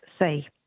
say